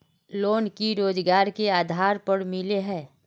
Loan की रोजगार के आधार पर मिले है?